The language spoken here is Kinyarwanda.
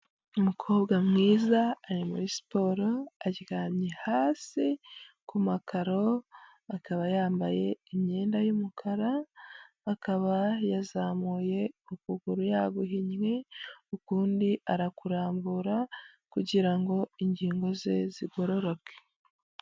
Umukobwa mwiza, ari muri siporo aryamye hasi ku makaro akaba yambaye imyenda y'umukara akaba yazamuye ukuguru yaguhinnye ukundi arakurambura kugirango ingingo ze zigororoke.